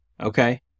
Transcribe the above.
Okay